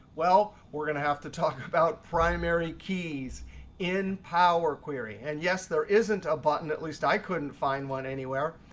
well, we're going to have to talk about primary keys in power query. and, yes, there isn't a button at least i couldn't find one anywhere.